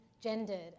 gendered